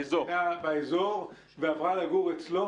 באזור ועברה לגור אצלו?